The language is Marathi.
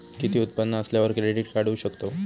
किती उत्पन्न असल्यावर क्रेडीट काढू शकतव?